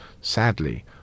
sadly